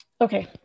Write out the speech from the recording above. okay